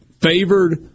favored